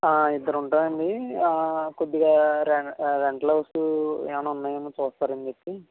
ఇద్దరు ఉంటామండి కొద్దిగా రెం రెంట్ హౌసు ఏమన్న ఉన్నాయో ఏమో చూస్తారని చెప్పి